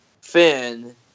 Finn